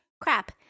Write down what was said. crap